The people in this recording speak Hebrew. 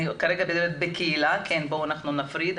בואו נפריד,